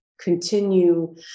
continue